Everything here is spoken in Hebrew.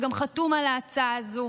שגם חתום על ההצעה הזו,